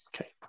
Okay